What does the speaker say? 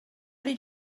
did